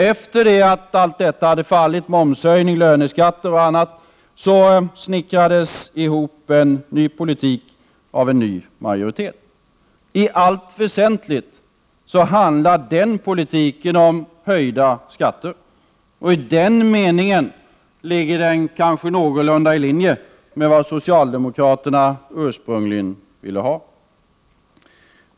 Efter att allt detta hade fallit — momshöjningen, löneskatterna osv. — snickrades det ihop en ny politik av en ny majoritet. I allt väsentligt handlar den politiken om höjda skatter. I den meningen ligger den kanske någorlunda i linje med vad socialdemokraterna ursprungligen ville ha.